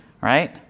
right